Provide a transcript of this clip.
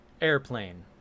airplane